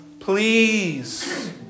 Please